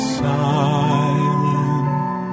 silent